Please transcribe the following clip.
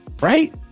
right